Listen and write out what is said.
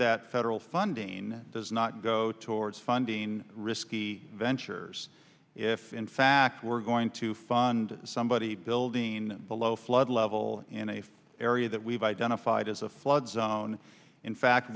that federal funding does not go towards finding risky venture if in fact we're going to fund somebody building below flood level area that we've identified as a flood zone and in fact